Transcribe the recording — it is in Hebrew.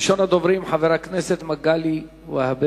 ראשון הדוברים, חבר הכנסת מגלי והבה